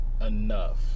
enough